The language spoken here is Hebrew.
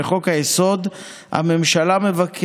(מסלול מזונות),